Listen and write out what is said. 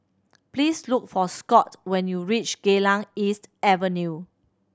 please look for Scott when you reach Geylang East Avenue